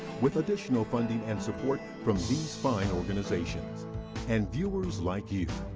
with additional funding and support from these fine organizations and viewers like you.